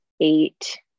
eight